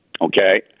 okay